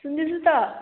सुन्दैछु त